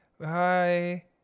hi